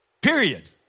Period